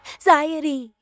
Anxiety